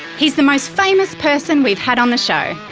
he's the most famous person we've had on the show.